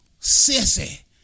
Sissy